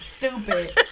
stupid